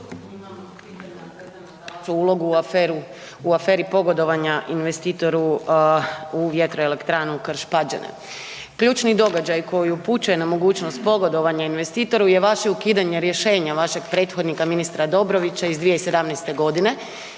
ulogu u aferi pogodovanja investitoru u vjetroelektranu Krš Pađene. Ključni događaj koji upućuje na mogućnost pogodovanja investitoru je vaše ukidanje rješenja vašeg prethodnika ministra Dobrovića iz 2017. godina